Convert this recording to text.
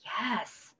yes